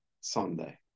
Sunday